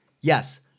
Yes